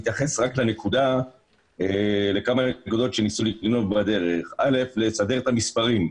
אתייחס רק לכמה נקודות: ראשית, לסדר את המספרים.